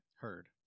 Heard